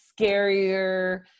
scarier